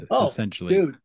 essentially